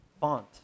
font